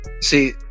See